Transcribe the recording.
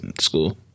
school